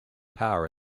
power